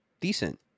decent